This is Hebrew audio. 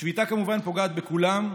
השביתה כמובן פוגעת בכולם,